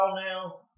now